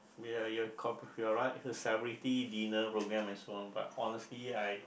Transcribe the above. ya you're you're right the severity dinner romance and so on but honestly I